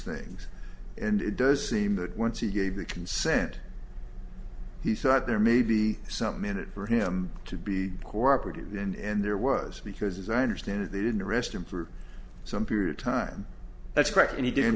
things and it does seem that once he gave the consent he thought there may be something in it for him to be cooperative and there was because as i understand it they didn't arrest him for some period of time that's correct and he did